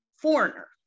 foreigner